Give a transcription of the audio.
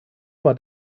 bei